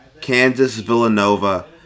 Kansas-Villanova